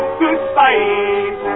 Goodbye